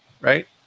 right